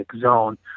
zone